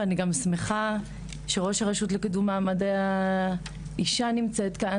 ואני גם שמחה שראש הרשות לקידום מעמד האישה נמצאת כאן